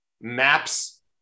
maps